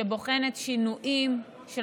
שבוחנת שינויים של